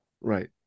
Right